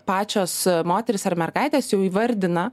pačios moterys ar mergaitės jau įvardina